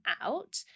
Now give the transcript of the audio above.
out